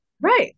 Right